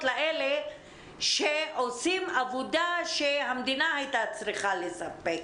לאלה שעושים עבודה שהמדינה הייתה צריכה לספק.